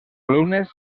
alumnes